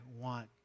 want